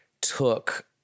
took